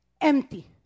empty